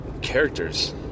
characters